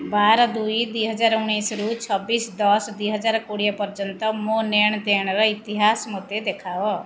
ବାର ଦୁଇ ଦୁଇହଜାର ଉଣେଇଶରୁ ଛବିସ ଦଶ ଦୁଇହଜାର କୋଡ଼ିଏ ପର୍ଯ୍ୟନ୍ତ ମୋ ନେ'ଣ ଦେ'ଣର ଇତିହାସ ମୋତେ ଦେଖାଅ